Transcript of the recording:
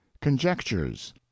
Conjectures